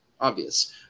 obvious